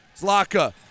Zlaka